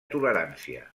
tolerància